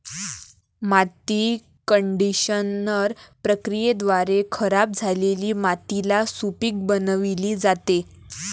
माती कंडिशनर प्रक्रियेद्वारे खराब झालेली मातीला सुपीक बनविली जाते